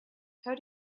how